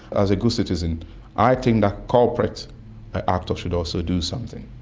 as a good citizen i think that corporate actors should also do something.